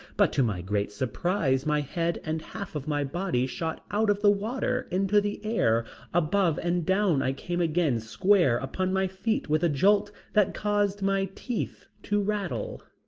but to my great surprise my head and half of my body shot out of the water into the air above and down i came again square upon my feet with a jolt that caused my teeth to rattle.